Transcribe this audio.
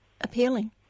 appealing